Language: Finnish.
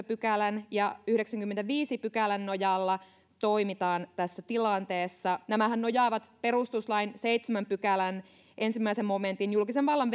pykälän ja yhdeksännenkymmenennenviidennen pykälän nojalla toimitaan tässä tilanteessa nämähän nojaavat perustuslain seitsemännen pykälän ensimmäiseen momenttiin julkisen vallan